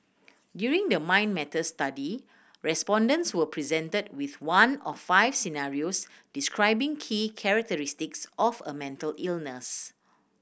during the Mind Matters study respondents were presented with one of five scenarios describing key characteristics of a mental illness